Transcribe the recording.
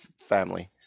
family